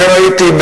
אני ראיתי,